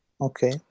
Okay